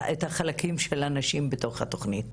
החלקים של הנשים בתוך התוכנית,